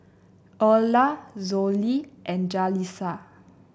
Erla Zollie and Jalissa